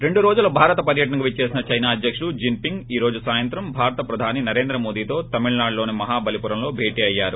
రెండు రోజుల భారత పర్యటనకు విచ్చేసిన చైనా అధ్యకుడు జిస్పింగ్ ఈ రోజు సాయంత్రం భారత ప్రధాని నరేంద్రమోదీతో తమిళనాడులోని మహాబలీపురంలో భేటీ అయ్యారు